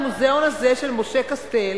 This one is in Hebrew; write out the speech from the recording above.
המוזיאון הזה של משה קסטל